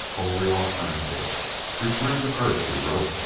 only alternative return to earth, he wrote.